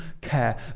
care